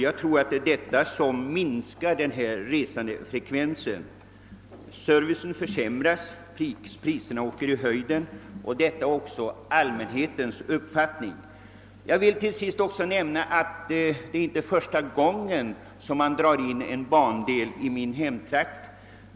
Jag tror att det är dessa faktorer som minskar resandefrekvensen. Detta är också allmänhetens uppfattning. Jag vill till sist nämna att detta inte är det första tillfälle när man i min hemtrakt gör indragningar inom järnvägstrafiken.